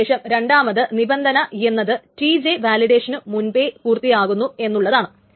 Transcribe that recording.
അതിനുശേഷം രണ്ടാമത് നിബന്ധന എന്നത് T J വാലിഡേഷനു മുൻപേ പൂർത്തിയാകുന്നു എന്നുള്ളതാണ്